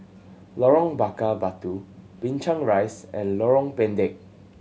Lorong Bakar Batu Binchang Rise and Lorong Pendek